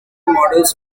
models